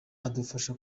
adufasha